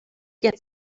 get